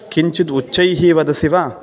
किञ्चिद् उच्चैः वदसि वा